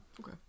Okay